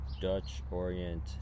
Dutch-Orient